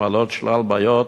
המעלות שלל בעיות